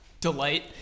delight